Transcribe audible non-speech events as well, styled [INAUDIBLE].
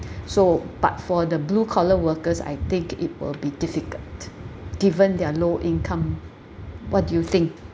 [BREATH] so but for the blue collar workers I think it will be difficult given their low income what do you think